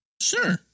Sure